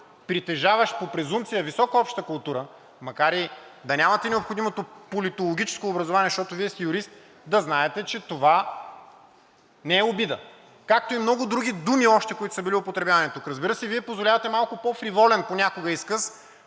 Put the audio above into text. притежаващ по презумпция висока обща култура, макар и да нямате необходимото политологическо образование, защото Вие сте юрист, да знаете, че това не е обида. Както и много други думи, които са били употребявани тук. Разбира се, Вие позволявате малко по-фриволен понякога изказ